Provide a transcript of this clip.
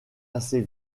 assez